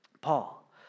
Paul